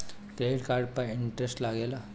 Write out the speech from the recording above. Credit card पर interest लागेला?